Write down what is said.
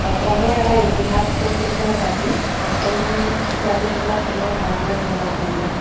অসমৰ এটা ইতিহাস প্ৰসিদ্ধ জাতি আহোম জাতিৰ ওপৰত তোমাৰ ধাৰণা কেনেকুৱা ধৰণৰ হয়